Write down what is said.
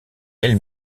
elle